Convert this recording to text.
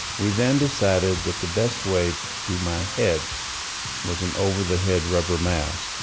we then decided that the best way to do my head was an over the head rubber mask,